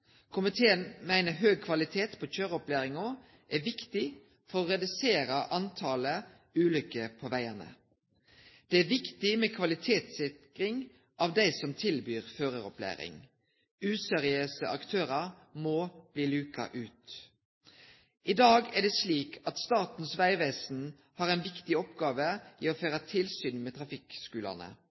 Komiteen meiner høg kvalitet på kjøreopplæringa er viktig for å redusere talet på ulykker på vegane. Det er viktig med kvalitetssikring av dei som tilbyr føraropplæring. Useriøse aktørar må bli luka ut. I dag er det slik at Statens vegvesen har ei viktig oppgåve i å føre tilsyn med trafikkskulane.